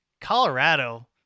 Colorado